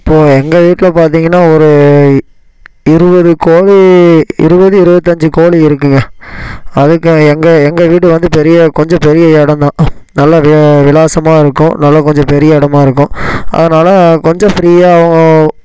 இப்போது எங்கள் வீட்டில் பார்த்தீங்கன்னா ஒரு இருபது கோழி இருபது இருபத்தஞ்சி கோழி இருக்கும்ங்க அதுக்கு எங்கள் எங்கள் வீடு வந்து பெரிய கொஞ்சம் பெரிய எடம் தான் நல்லா விலாசமா இருக்கும் நல்லா கொஞ்சம் பெரிய இடமா இருக்கும் அதனால கொஞ்சம் ஃப்ரீயாக